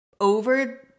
over